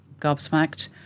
gobsmacked